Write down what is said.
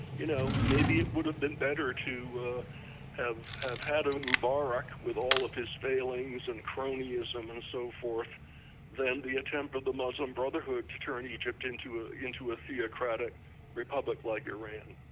you know maybe it would have been better to ah have have had a mubarak with all of his failings and cronyism and so forth than the attempt of the muslim brotherhood to turn egypt into ah into a theocratic republic like iran